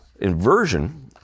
inversion